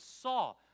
saw